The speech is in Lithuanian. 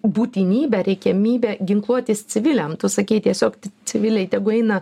būtinybę reikiamybę ginkluotis civiliam tu sakei tiesiog civiliai tegu eina